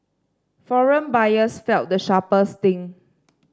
foreign buyers felt the sharpest sting